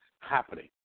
happening